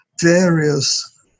various